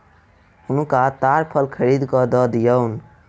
हुनका ताड़ फल खरीद के दअ दियौन